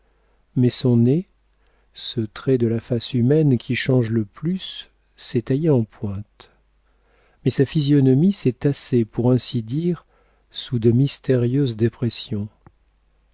mais son nez ce trait de la face humaine qui change le plus s'est taillé en pointe mais sa physionomie s'est tassée pour ainsi dire sous de mystérieuses dépressions